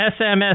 SMS